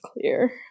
clear